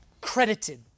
credited